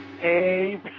Hey